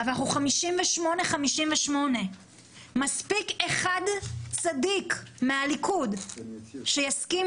אבל אנחנו 58-58. מספיק אחד צדיק מהליכוד שיסכים